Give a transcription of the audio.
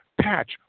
patch